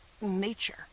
nature